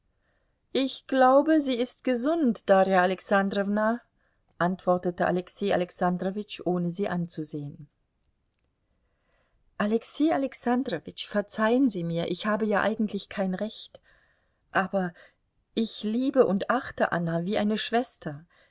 ich glaube sie ist gesund darja alexandrowna antwortete alexei alexandrowitsch ohne sie anzusehen alexei alexandrowitsch verzeihen sie mir ich habe ja eigentlich kein recht aber ich liebe und achte anna wie eine schwester